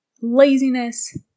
laziness